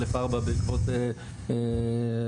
א'4 בעקבות הוועדה,